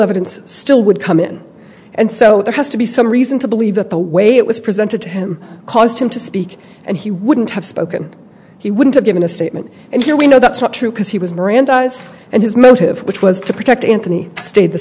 evidence still would come in and so there has to be some reason to believe that the way it was presented to him caused him to speak and he wouldn't have spoken he wouldn't have given a statement and here we know that's not true because he was mirandized and his motive which was to protect anthony stayed the